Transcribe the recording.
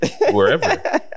Wherever